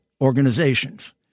organizations